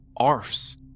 arfs